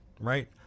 Right